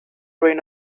rain